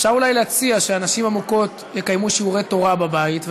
אפשר אולי להציע שהנשים המוכות יקיימו שיעורי תורה בבית,